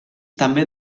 també